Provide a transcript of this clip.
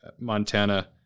Montana